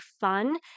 fun